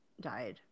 died